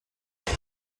uyu